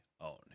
own